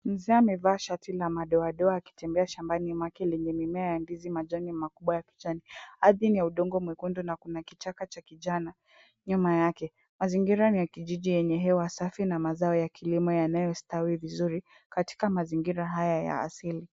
Mzee amevaa shati la madoadoa akitembea shambani mwake lenye mimea ya ndizi majani makubwa ya kijani. Ardhi ni ya udongo mwekundu na kuna kichaka cha kijani nyuma yake. Mazingira ni ya kijiji yenye hewa safi na mazao ya kilimo yanayostawi vizuri katika mazingira haya ya asili.